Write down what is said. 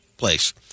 place